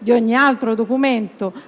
di ogni altro